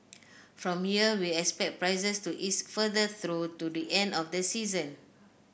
from here we expect prices to ease further through to the end of the season